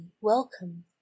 welcome